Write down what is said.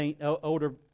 older